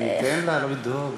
אתן לה, לא לדאוג.